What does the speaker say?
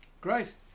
Great